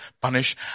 punish